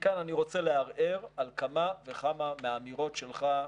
מכאן אני רוצה לערער על כמה וכמה מהאמירות שלך.